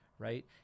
Right